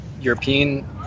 European